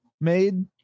made